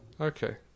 Okay